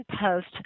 post